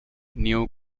neo